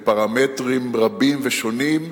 בפרמטרים רבים ושונים,